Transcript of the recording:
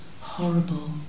horrible